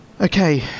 Okay